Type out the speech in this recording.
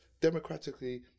democratically